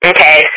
Okay